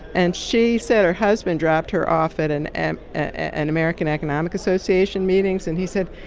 and she said her husband dropped her off at and and an american economic association meetings. and he said,